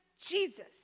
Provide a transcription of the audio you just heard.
Jesus